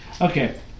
Okay